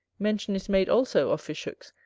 mention is made also of fish-hooks,